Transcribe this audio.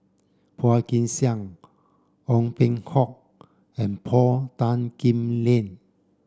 Phua Kin Siang Ong Peng Hock and Paul Tan Kim Liang